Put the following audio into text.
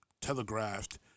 telegraphed